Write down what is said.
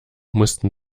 mussten